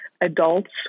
adults